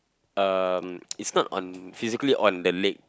um it's not on physically on the leg